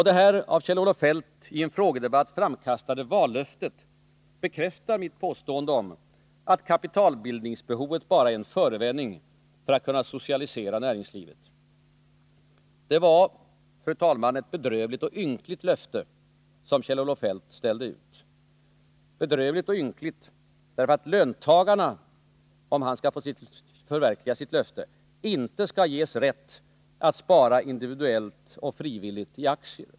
Detta av Kjell-Olof Feldt i en frågedebatt framkastade vallöfte bekräftar mitt påstående att kapitalbildningsbehovet bara är en förevändning för att kunna socialisera näringslivet. Det var, fru talman, ett bedrövligt och ynkligt löfte som Kjell-Olof Feldt ställde ut. Bedrövligt och ynkligt därför att löntagarna, om han skall förverkliga sitt löfte, inte skall ges rätten att spara individuellt och frivilligt i aktier.